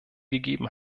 gegeben